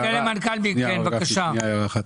הרב גפני, שנייה הערה אחת.